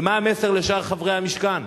ומה המסר לשאר חברי המשכן,